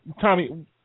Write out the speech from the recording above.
Tommy